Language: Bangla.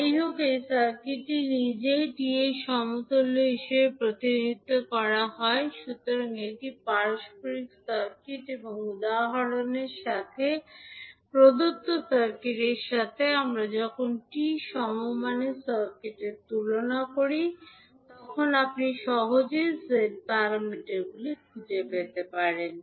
যাইহোক এই সার্কিটটি নিজেই টি সমতুল্য হিসাবে প্রতিনিধিত্ব করা হয় সুতরাং এটি পারস্পরিক সার্কিট এবং উদাহরণের সাথে প্রদত্ত সার্কিটের সাথে আমরা যখন T সমমানের সার্কিটের সাথে তুলনা করি তখন আপনি সহজেই z প্যারামিটারগুলির মান খুঁজে পেতে পারেন